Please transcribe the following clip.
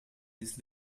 this